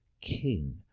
King